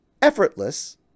Effortless